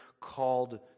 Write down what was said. called